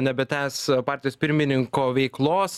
nebetęs partijos pirmininko veiklos